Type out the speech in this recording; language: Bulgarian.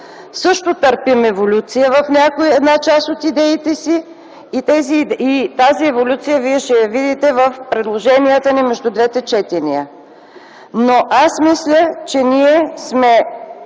също търпим еволюция в една част от идеите си и тази еволюция вие ще я видите в предложенията ни между двете четения, но аз мисля, че ние сме